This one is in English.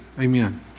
Amen